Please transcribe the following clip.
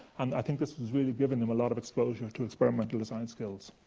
and i think this has really given them a lot of exposure to experimental design skills.